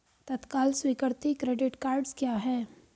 तत्काल स्वीकृति credit cards क्या हैं?